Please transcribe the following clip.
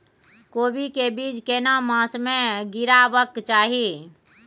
कोबी के बीज केना मास में गीरावक चाही?